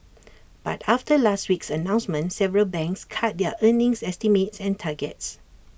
but after last week's announcement several banks cut their earnings estimates and targets